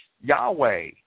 Yahweh